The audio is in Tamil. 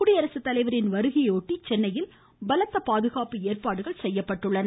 குடியரசுத்தலைவரின் வருகையை ஒட்டி சென்னையில் பலத்த பாதுகாப்பு ஏற்பாடுகள் செய்யப்பட்டுள்ளன